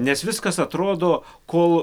nes viskas atrodo kol